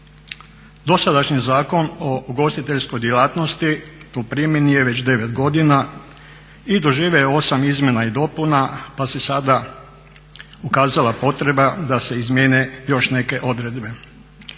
Dosadašnji Zakon o ugostiteljskoj djelatnosti u primjeni je već 9 godina i doživio je 8 izmjena i dopuna pa se sada ukazala potreba da se izmijene još neke odredbe.